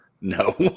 No